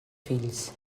fills